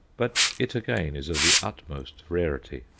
but it again is of the utmost rarity.